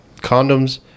condoms